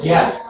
Yes